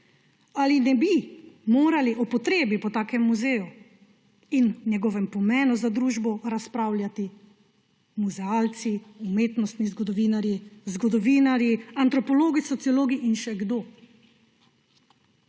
Ali ne bi morali o potrebi po takem muzeju in njegovem pomenu za družbo razpravljati muzealci, umetnostni zgodovinarji, zgodovinarji, antropologi, sociologi in še kdo?